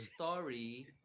story